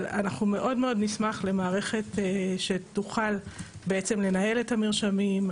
אבל אנחנו מאוד נשמח למערכת שתוכל בעצם לנהל את המרשמים,